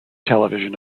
television